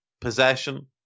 possession